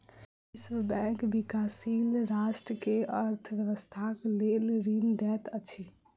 विश्व बैंक विकाशील राष्ट्र के अर्थ व्यवस्थाक लेल ऋण दैत अछि